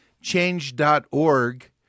change.org